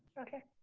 okay,